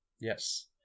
Yes